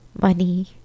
money